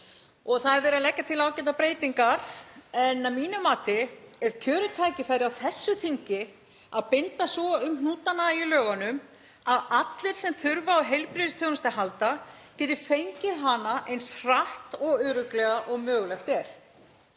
Það er verið að leggja til ágætar breytingar en að mínu mati er kjörið tækifæri á þessu þingi að binda svo um hnútana í lögunum að allir sem þurfa á heilbrigðisþjónustu að halda geti fengið hana eins hratt og örugglega og mögulegt er.